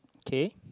K